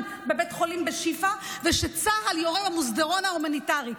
בבית חולים שיפא ושצה"ל יורה במסדרון ההומניטרי.